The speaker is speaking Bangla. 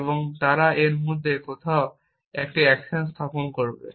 এবং তারা এর মধ্যে কোথাও একটি অ্যাকশন স্থাপন করবে